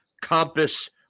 compass